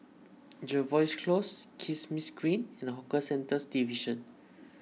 Jervois Close Kismis Green and Hawker Centres Division